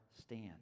stand